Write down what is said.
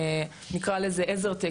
נקרא לזה עזר טק,